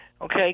okay